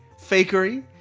Fakery